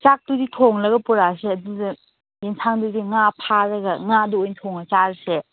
ꯆꯥꯛꯇꯨꯗꯤ ꯊꯣꯡꯂꯒ ꯄꯨꯔꯛꯑꯁꯦ ꯑꯗꯨꯗ ꯏꯝꯐꯥꯜꯗꯒꯤ ꯉꯥ ꯐꯥꯔꯒ ꯉꯥꯗꯨ ꯑꯣꯏꯕ ꯊꯣꯡꯉ ꯆꯥꯔꯁꯦ